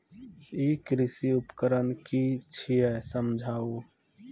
ई कृषि उपकरण कि छियै समझाऊ?